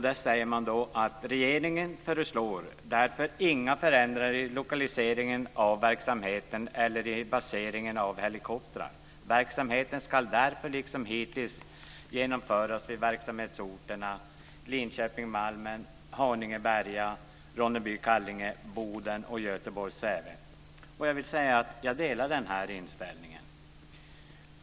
Där sägs: "Regeringen föreslår därför inga förändringar i lokaliseringen av verksamheten eller i baseringen av helikoptrar. Verksamheten skall därför, liksom hittills, genomföras vid verksamhetsorterna Linköping Berga, Ronneby Säve." Jag delar denna inställning.